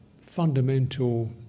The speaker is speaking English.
fundamental